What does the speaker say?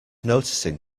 noticing